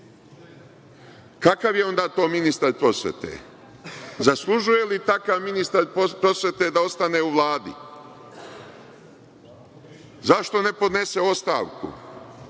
je onda to ministar prosvete? Zaslužuje li takav ministar prosvete da ostane u Vladi? Zašto ne podnese ostavku?